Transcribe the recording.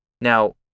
Now